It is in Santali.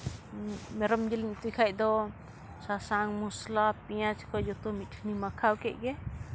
ᱢᱮᱨᱚᱢ ᱡᱤᱞᱤᱧ ᱩᱛᱩᱭ ᱠᱷᱟᱱ ᱫᱚ ᱥᱟᱥᱟᱝ ᱢᱚᱥᱞᱟ ᱯᱮᱸᱭᱟᱡᱽ ᱠᱚ ᱡᱚᱛᱚ ᱢᱤᱫᱴᱷᱮᱱ ᱤᱧ ᱢᱟᱠᱷᱟᱣ ᱠᱮᱫ ᱜᱮ